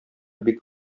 бик